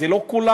זה לא כולם,